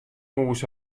hûs